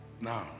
Now